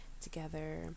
together